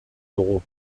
dugu